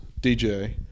DJ